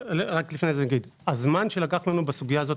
רק אגיד לפני כן: הזמן שלקח לנו בסוגיה הזאת,